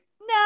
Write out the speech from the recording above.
no